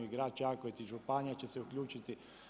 I grad Čakovec i županija će se uključiti.